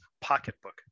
pocketbook